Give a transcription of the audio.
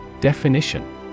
Definition